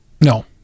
No